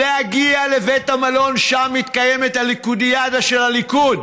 להגיע לבית המלון ששם מתקיימת הליכודיאדה של הליכוד,